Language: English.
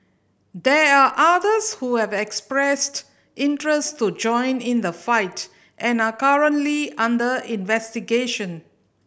there are others who have expressed interest to join in the fight and are currently under investigation